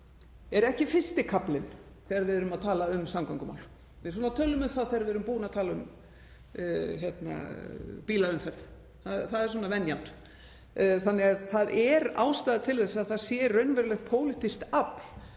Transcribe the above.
eru ekki fyrsti kaflinn þegar við erum að tala um samgöngumál. Við tölum um þær þegar við erum búin að tala um bílaumferð, það er svona venjan. Það er því ástæða til að það sé raunverulegt pólitískt afl